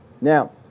Now